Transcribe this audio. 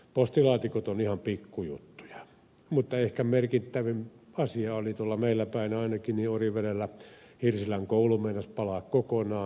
postilaatikot ovat ihan pikku juttuja mutta ehkä merkittävin asia oli ainakin tuolla meillä päin orivedellä se kun hirsilän koulu meinasi palaa kokonaan